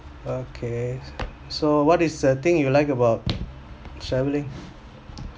okay so what is the thing you like about travelling